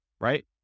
right